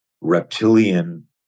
reptilian